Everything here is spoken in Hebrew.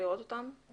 אני